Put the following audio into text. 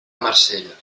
marsella